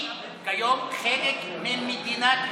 היא כיום חלק ממדינת ישראל.